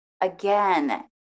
again